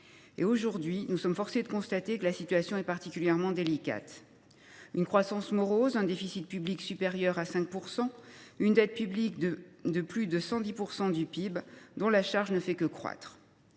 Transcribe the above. Aujourd’hui, nous sommes forcés de constater que la situation est particulièrement délicate : une croissance morose, un déficit public supérieur à 5 % et une dette publique qui dépasse 110 % du PIB et dont la charge ne fait que croître.